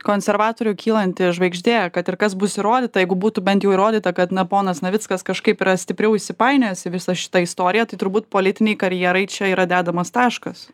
konservatorių kylanti žvaigždė kad ir kas bus įrodyta jeigu būtų bent jau įrodyta kad na ponas navickas kažkaip yra stipriau įsipainiojęs į visą šitą istoriją tai turbūt politinei karjerai čia yra dedamas taškas